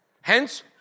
Hence